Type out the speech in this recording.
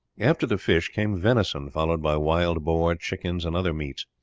after the fish came venison, followed by wild boar, chickens, and other meats.